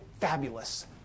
fabulous